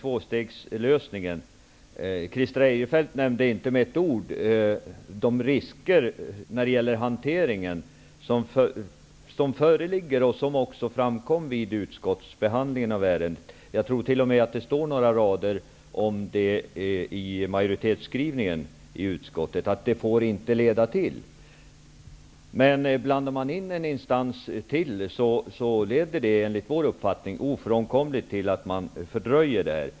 Christer Eirefelt nämnde inte med ett ord de risker när det gäller hanteringen som föreligger vid en tvåstegslösning, vilket också framkom vid utskottsbehandlingen av ärendet. Jag tror t.o.m. att det står några rader i majoritetsskrivningen i betänkandet att det inte får leda till eftersatt snabbhet. Men blandar man in en instans till leder det enligt vår uppfattning ofrånkomligt till en fördröjning.